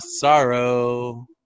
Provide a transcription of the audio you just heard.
sorrow